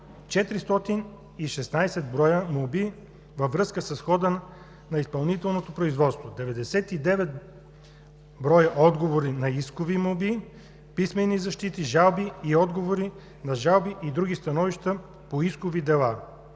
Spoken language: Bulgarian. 416 броя молби във връзка с хода на изпълнителното производство; 99 броя отговори на искови молби, писмени защити, жалби и отговори на жалби и други становища по искови дела.